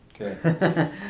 okay